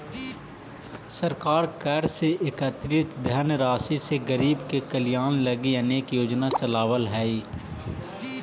सरकार कर से एकत्रित धनराशि से गरीब के कल्याण लगी अनेक योजना चलावऽ हई